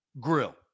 grill